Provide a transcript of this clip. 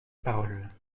paroles